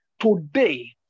today